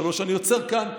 גם בשנת 2023. אני עוצר כאן,